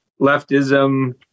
leftism